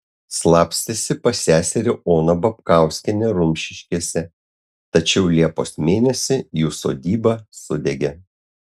slapstėsi pas seserį oną babkauskienę rumšiškėse tačiau liepos mėnesį jų sodyba sudegė